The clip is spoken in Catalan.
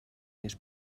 més